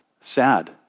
sad